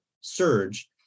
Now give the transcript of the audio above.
surge